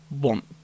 want